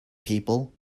people